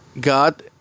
God